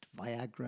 Viagra